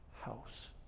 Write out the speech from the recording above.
house